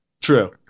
True